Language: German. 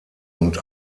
und